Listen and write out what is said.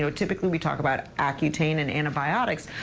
so typically we talk about acutane and antibiotics.